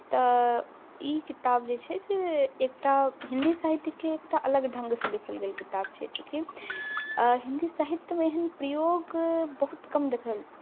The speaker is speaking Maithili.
तऽ ई किताब जे छै से एकटा हिन्दी साहित्यके एकटा अलग ढङ्गसँ लिखल गेल किताब छै चूँकि हिन्दी साहित्यमे एहन प्रयोग बहुत कम देखल